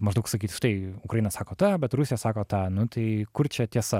maždaug sakyt štai ukraina sako tą bet rusija sako tą nu tai kur čia tiesa